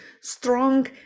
strong